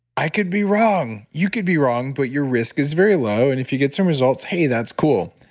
i could be wrong, you could be wrong, but your risk is very low. and if you get some results, hey, that's cool.